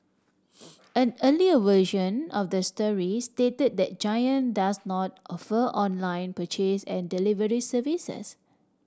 an earlier version of the story stated that Giant does not offer online purchase and delivery services